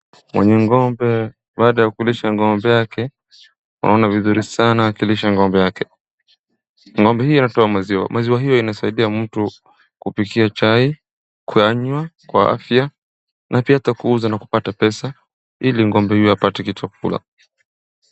Mwenye ng'ombe baada ya kulisha ng'ombe yake unaona vizuri sana akilisha ng'ombe yake. Ng'ombe hii anatoa maziwa. Maziwa hiyo anasaidia mtu kupikia chai, kuyanywa kwa afya na pia ata kuuza na kupata pesa ili ng'ombe huyu apate kitu ya kukula.